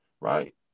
right